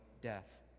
death